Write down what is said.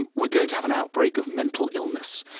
and we're going to have an outbreak of mental illness.